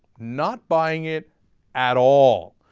not buying it at all.